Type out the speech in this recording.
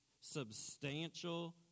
substantial